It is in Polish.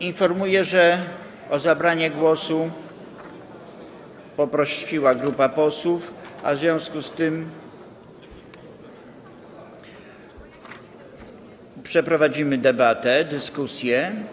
Informuję, że o zabranie głosu poprosiła grupa posłów, w związku z czym przeprowadzimy debatę, dyskusję.